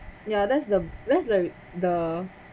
ya that's the that's the the